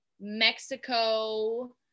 Mexico